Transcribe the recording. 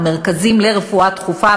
המרכזים לרפואה דחופה,